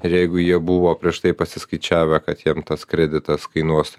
ir jeigu jie buvo prieš tai pasiskaičiavę kad jiem tas kreditas kainuos